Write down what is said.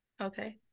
Okay